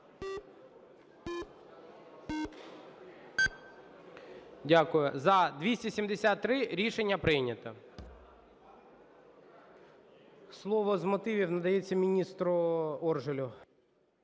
Дякую. За – 273. Рішення прийнято. Слово з мотивів надається міністру Оржелю.